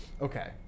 Okay